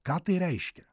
ką tai reiškia